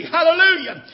Hallelujah